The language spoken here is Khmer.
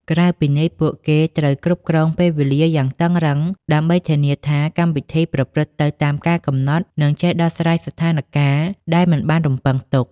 ក្រៅពីនេះ ពួកគេត្រូវគ្រប់គ្រងពេលវេលាយ៉ាងតឹងរ៉ឹង ដើម្បីធានាថាកម្មវិធីប្រព្រឹត្តទៅតាមការកំណត់ និងចេះដោះស្រាយស្ថានការណ៍ដែលមិនបានរំពឹងទុក។